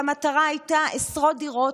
והמטרה הייתה עשרות דירות.